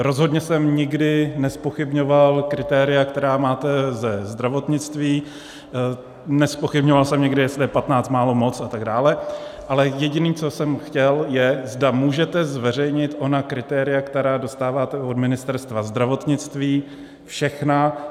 Rozhodně jsem nikdy nezpochybňoval kritéria, která máte ze zdravotnictví, nezpochybňoval jsem nikdy, jestli je 15 málo, moc atd., ale jediné, co jsem chtěl, je, zda můžete zveřejnit ona kritéria, která dostáváte od Ministerstva zdravotnictví všechna.